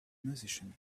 musician